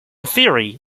theory